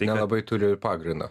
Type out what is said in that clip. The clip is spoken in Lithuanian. nelabai turi ir pagrindo